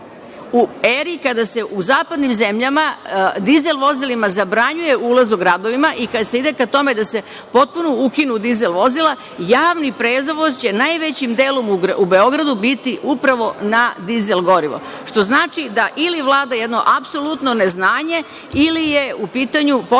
U eri kada se u zapadnim zemljama dizel vozilima zabranjuje ulaz u gradovima i kada se ide ka tome da se potpuno ukinu dizel vozila, javni prevoz će najvećim delom u Beogradu biti upravo na dizel gorivo. To znači da ili vlada jedno apsolutno neznanje, ili je u pitanju potpuno